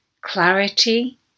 clarity